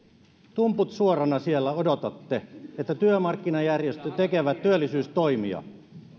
tumput suorana siellä odotatte että työmarkkinajärjestöt tekevät työllisyystoimia